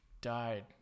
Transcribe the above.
died